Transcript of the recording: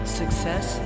success